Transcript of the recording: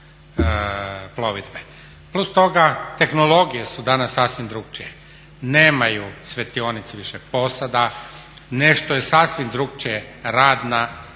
Plus toga tehnologije su danas sasvim drukčije, nemaju svjetionici više posada, nešto je sasvim drukčije rad na